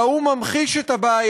אלא הוא ממחיש את הבעיה.